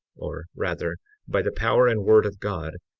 or rather by the power and word of god,